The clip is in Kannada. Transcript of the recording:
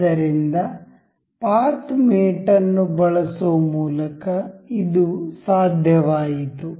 ಆದ್ದರಿಂದ ಪಾತ್ ಮೇಟ್ ಅನ್ನು ಬಳಸುವ ಮೂಲಕ ಇದು ಸಾಧ್ಯವಾಯಿತು